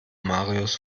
marius